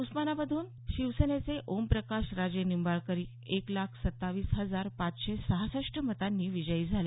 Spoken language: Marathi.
उस्मानाबाद मधून शिवसेनेचे ओम प्रकाश राजेनिंबाळकर एक लाख सत्तावीस हजार पाचशे सहासष्ट मतांनी विजयी झाले